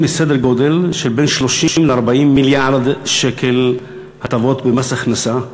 מסדר-גודל של בין 30 ל-40 מיליארד שקל הטבות במס הכנסה,